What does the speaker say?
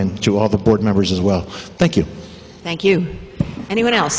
and to all the board members as well thank you thank you anyone else